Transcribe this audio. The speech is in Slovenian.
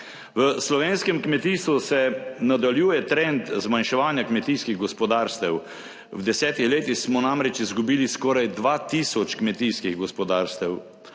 V slovenskem kmetijstvu se nadaljuje trend zmanjševanja kmetijskih gospodarstev. V desetih letih smo namreč izgubili skoraj 2 tisoč kmetijskih gospodarstev.